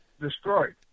destroyed